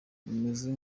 rumeze